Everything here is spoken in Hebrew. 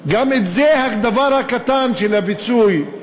גם זה, הדבר הקטן של הפיצוי,